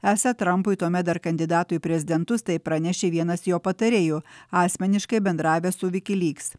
esą trampui tuomet dar kandidato į prezidentus tai pranešė vienas jo patarėjų asmeniškai bendravęs su viki liks